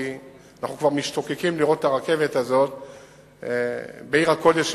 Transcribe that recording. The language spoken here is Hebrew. כי אנחנו כבר משתוקקים לראות את הרכבת הזו בעיר הקודש,